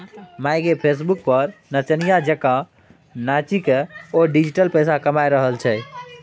माय गे फेसबुक पर नचनिया जेंका नाचिकए ओ डिजिटल पैसा कमा रहल छै